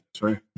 Right